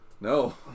No